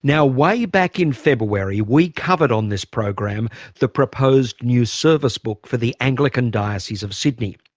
now way back in february we covered on this program the proposed new service book for the anglican diocese of sydney.